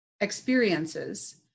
experiences